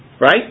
right